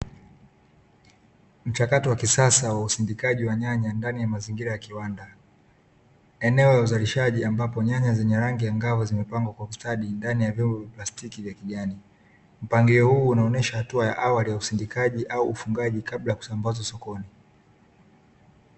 Mchakato wa kisasa wa usindikaji wa nyanya ndani ya mazingira ya kiwanda. Eneo la uzalishaji ambapo nyanya zenye rangi angavu zimepangwa kwa ustadi ndani ya vyombo vya plastiki vya kijani. Mpangilio huu unaonyesha hatua ya awali ya usindikaji au ufugaji kabla ya kusambazwa sokoni.